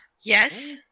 Yes